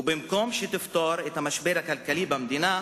ובמקום שתפתור את המשבר הכלכלי במדינה,